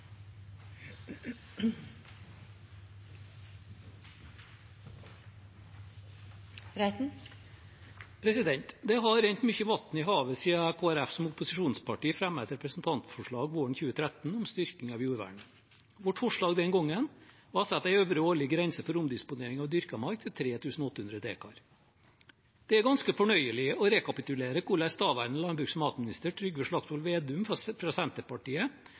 Det har rent mye vann i havet siden Kristelig Folkeparti som opposisjonsparti fremmet et representantforslag våren 2013 om styrking av jordvernet. Vårt forslag den gangen var å sette en øvre årlig grense for omdisponering av dyrket mark til 3 800 dekar. Det er ganske fornøyelig å rekapitulere hvordan daværende landbruks- og matminister Trygve Slagsvold Vedum fra Senterpartiet argumenterte sterkt og energisk mot det representantforslaget fra